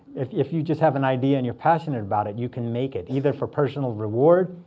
if if you just have an idea and you're passionate about it, you can make it either for personal reward.